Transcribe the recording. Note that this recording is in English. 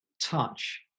touch